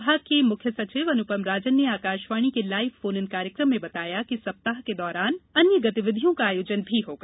विभाग के प्रमुख सचिव अनुपम राजन ने आकाशवाणी के लाइव फोन इन कार्यक्रम में बताया कि सप्ताह के दौरान अन्य गतविधियों का आयोजन भी होगा